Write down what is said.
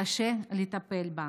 יותר קשה לטפל בה.